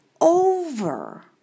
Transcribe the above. over